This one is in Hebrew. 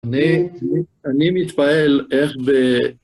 אני מתפעל איך ב...